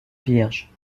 vierge